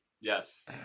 Yes